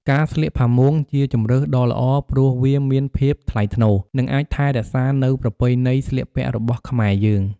ការស្លៀកផាមួង ជាជម្រើសដ៏ល្អព្រោះវាមានភាពថ្លៃថ្នូរ និងអាចថែរក្សានៅប្រពៃណីស្លៀកពាក់របស់ខ្មែរយើង។